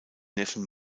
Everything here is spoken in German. neffen